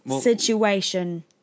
situation